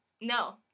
No